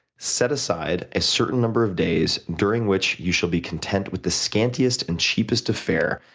set aside a certain number of days, during which you shall be content with the scantiest and cheapest of fare,